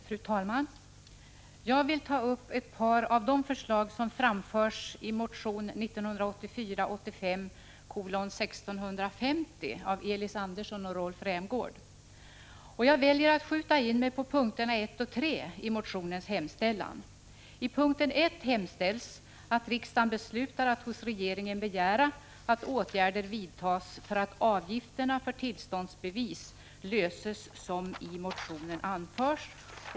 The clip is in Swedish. Fru talman! Jag vill ta upp ett par av de förslag som framförs i motion 1984/85:1650 av Elis Andersson och Rolf Rämgård. Jag väljer att skjuta in mig på punkterna 1 och 3 i motionens hemställan. Under punkt 1 hemställs att riksdagen beslutar att hos regeringen begära att åtgärder vidtas för att avgifterna för tillståndsbevis löses så som i motionen anförs.